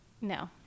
No